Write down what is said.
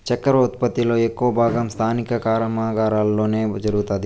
చక్కర ఉత్పత్తి లో ఎక్కువ భాగం స్థానిక కర్మాగారాలలోనే జరుగుతాది